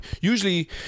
Usually